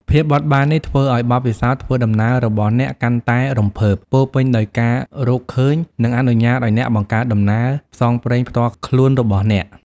ភាពបត់បែននេះធ្វើឱ្យបទពិសោធន៍ធ្វើដំណើររបស់អ្នកកាន់តែរំភើប ពោរពេញដោយការរកឃើញ និងអនុញ្ញាតឱ្យអ្នកបង្កើតដំណើរផ្សងព្រេងផ្ទាល់ខ្លួនរបស់អ្នក។